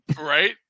Right